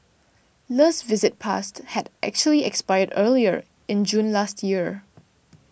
Le's visit passed had actually expired earlier in June last year